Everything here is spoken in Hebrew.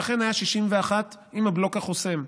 ואכן היה 61 עם הבלוק החוסם.